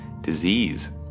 Disease